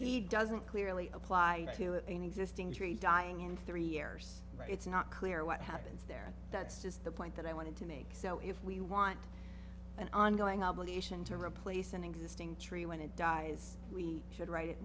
he doesn't clearly apply to an existing tree dying in three years it's not clear what happens there that's just the point that i wanted to make so if we want an ongoing obligation to replace an existing tree when it dies we should write it